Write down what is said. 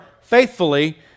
faithfully